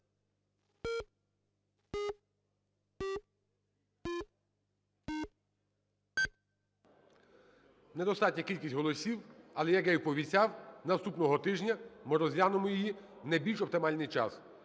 Недостатня кількість голосів. Але, як я і пообіцяв, наступного тижня ми розглянемо її в найбільш оптимальний час.